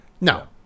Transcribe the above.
No